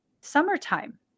summertime